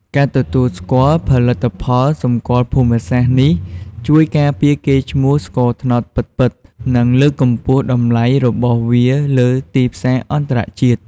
ការទទួលស្គាល់ ផលិតផលសម្គាល់ភូមិសាស្ត្រ នេះជួយការពារកេរ្តិ៍ឈ្មោះស្ករត្នោតពិតៗ និងលើកកម្ពស់តម្លៃរបស់វាលើទីផ្សារអន្តរជាតិ។